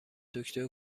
دکتر